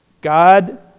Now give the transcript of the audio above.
God